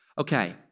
Okay